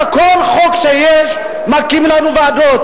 אתה, כל חוק שיש, מקים לנו ועדות.